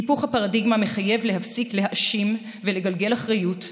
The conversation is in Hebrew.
היפוך הפרדיגמה מחייב להפסיק להאשים ולגלגל אחריות,